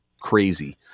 crazy